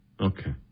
Okay